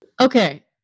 Okay